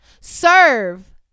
Serve